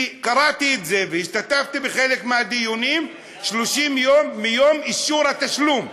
כי קראתי את זה והשתתפתי בחלק מהדיונים: 30 יום מיום אישור התשלום,